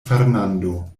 fernando